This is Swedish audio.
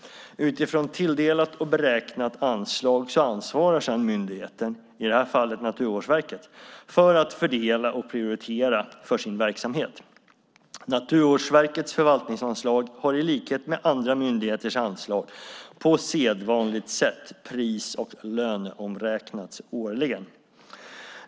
Utifrån tilldelat och beräknat anslag ansvarar sedan myndigheten, i det här fallet Naturvårdsverket, för att fördela och prioritera för sin verksamhet. Naturvårdsverkets förvaltningsanslag har i likhet med andra myndigheters anslag på sedvanligt sätt pris och löneomräknats årligen.